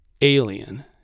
alien